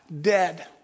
dead